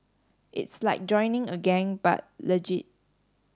it's like joining a gang but legit